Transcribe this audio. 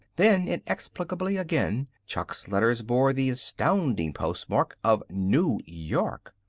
then, inexplicably again, chuck's letters bore the astounding postmark of new york.